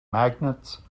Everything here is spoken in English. magnets